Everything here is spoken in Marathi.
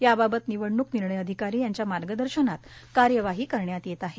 याबाबत निवडणुक निर्णय अधिकारी ह्यांचे मार्गदर्शनात कार्यवाही करण्यात येत आहे